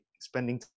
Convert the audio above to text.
spending